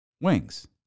wings